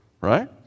right